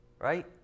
right